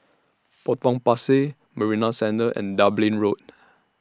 Potong Pasir Marina Centre and Dublin Road